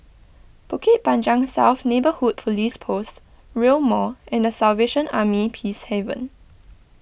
Bukit Panjang South Neighbourhood Police Post Rail Mall and the Salvation Army Peacehaven